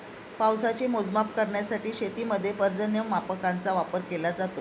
पावसाचे मोजमाप करण्यासाठी शेतीमध्ये पर्जन्यमापकांचा वापर केला जातो